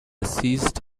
seized